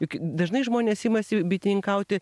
juk dažnai žmonės imasi bitininkauti